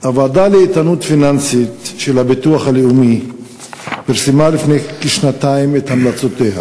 הוועדה לאיתנות פיננסית של הביטוח הלאומי פרסמה לפני כשנתיים את המלצותיה